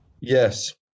Yes